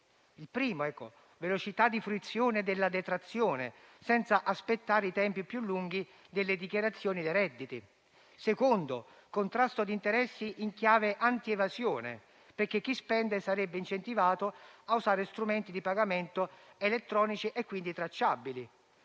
Il primo sarebbe la velocità di fruizione della detrazione, senza aspettare i tempi più lunghi delle dichiarazioni dei redditi. Il secondo sarebbe il contrasto ad interessi in chiave antievasione, perché chi spende sarebbe incentivato a usare strumenti di pagamento elettronici e quindi tracciabili.